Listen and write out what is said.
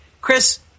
Chris